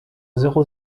zéro